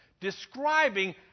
describing